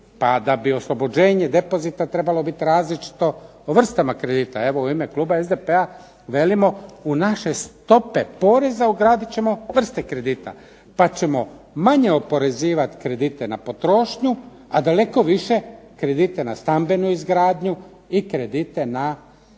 pa da bi oslobođenje depozita trebalo biti različito o vrstama kredita. Evo u ime kluba SDP-a u naše stope poreza ugradit ćemo vrste kredita, pa ćemo manje oporezivati kredite na potrošnju, a daleko više kredite na stambenu izgradnju i kredite na likvidnost